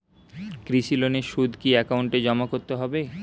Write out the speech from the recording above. কৃষি লোনের সুদ কি একাউন্টে জমা করতে হবে?